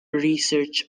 research